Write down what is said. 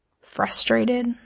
frustrated